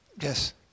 Yes